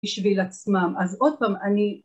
בשביל עצמם אז עוד פעם אני